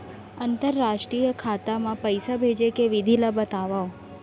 अंतरराष्ट्रीय खाता मा पइसा भेजे के विधि ला बतावव?